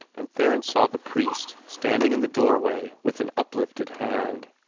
and theron saw the priest standing in the doorway with an uplifted hand.